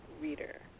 reader